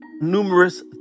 numerous